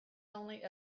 only